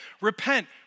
repent